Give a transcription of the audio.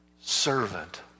Servant